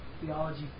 theology